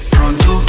Pronto